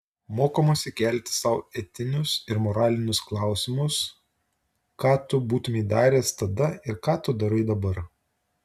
mokomasi kelti sau etinius ir moralinius klausimus ką tu būtumei daręs tada ir ką tu darai dabar